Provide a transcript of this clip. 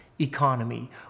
economy